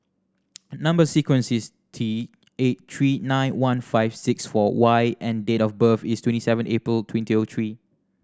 number sequence is T eight three nine one five six four Y and date of birth is twenty seven April twenty O three